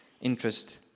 interest